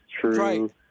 true